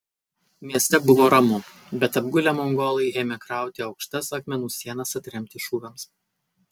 mieste buvo ramu bet apgulę mongolai ėmė krauti aukštas akmenų sienas atremti šūviams